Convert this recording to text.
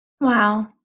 Wow